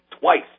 twice